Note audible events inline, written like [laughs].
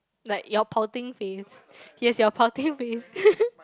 like your pouting face he has your pouting face [laughs]